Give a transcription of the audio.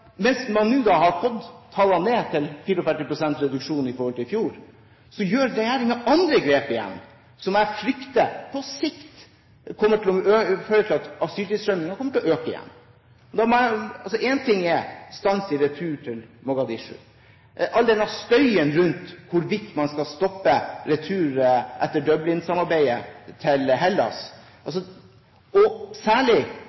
til 44 pst. reduksjon i forhold til i fjor, gjør regjeringen andre grep igjen som jeg frykter på sikt kommer til å føre til at asyltilstrømmingen kommer til å øke igjen. Én ting er stans i retur til Mogadishu, en annen er all støyen rundt hvorvidt man skal stoppe retur etter Dublin-samarbeidet til Hellas, og særlig